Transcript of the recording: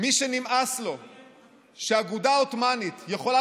מי שנמאס לו שהאגודה העות'מאנית יכולה